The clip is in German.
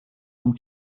vom